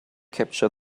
capture